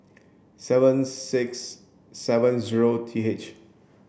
seven six seven zero T H